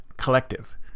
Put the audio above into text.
collective